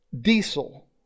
diesel